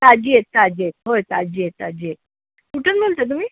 ताजी आहेत ताजी आहेत होय ताजी आहेत ताजी आहे कुठून बोलता तुम्ही